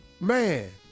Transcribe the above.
Man